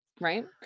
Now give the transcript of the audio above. Right